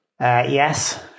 yes